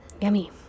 Yummy